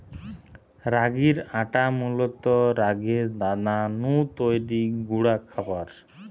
রাগির আটা মূলত রাগির দানা নু তৈরি গুঁড়া খাবার